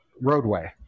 Roadway